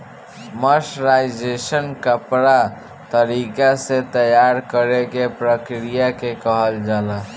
mercerisation कपड़ा तरीका से तैयार करेके प्रक्रिया के कहल जाला